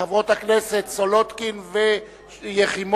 של חברות הכנסת סולודקין ויחימוביץ.